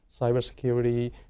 cybersecurity